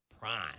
prime